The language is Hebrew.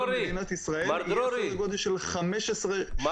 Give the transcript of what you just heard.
שונים במדינת ישראל יהיה בסדר גודל של 15 שנים.